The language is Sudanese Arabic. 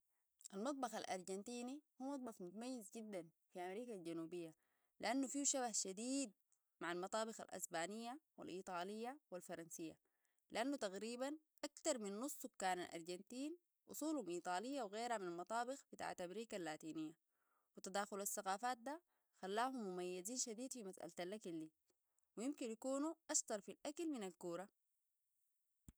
المطبخ الارجنتيني هو مطبخ متميز جدا في امريكا الجنوبية لانو فيهو شبه شديد مع المطابخ الاسبانية والايطالية والفرنسية لانه تقريبا اكتر من نص سكان الارجنتين واصولهم ايطالية وغيرها من المطابخ بتاعت امريكا اللاتينية تداخل الثقافات ده خلاهم مميزين شديد في مسألة الاكل ويمكن يكونوا اشطر في الاكل من الكورة